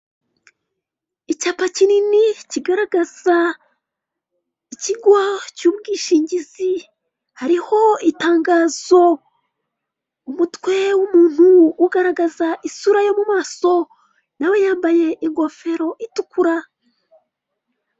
Icyapa kinini kigaragaza ikigo cy'ubwishingizi hariho itangazo, umutwe w'umuntu ugaragaza isura yo mumaso nawe yambaye ingofero itukura.